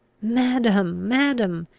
madam, madam!